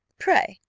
pray,